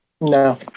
No